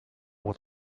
with